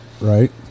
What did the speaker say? Right